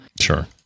Sure